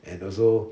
and also